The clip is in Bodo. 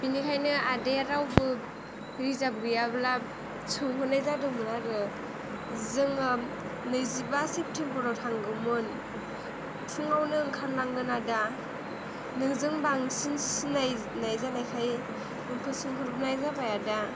बेनिखायनो आदाया रावबो रिजार्भ गैयाब्ला सोंहरनाय जादोंमोन आरो जोङो नैजिबा सेप्टेम्बराव थांगौमोन फुङावनो ओंखारलांगोन आदा नोंजों बांसिन सिनायनाय जानायखाय नोंखौ सोंहरनाय जाबाय आदा